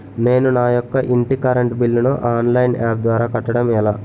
నేను నా యెక్క ఇంటి కరెంట్ బిల్ ను ఆన్లైన్ యాప్ ద్వారా కట్టడం ఎలా?